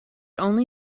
only